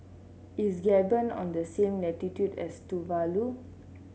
is Gabon on the same latitude as Tuvalu